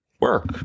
work